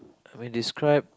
when describe